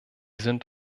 sind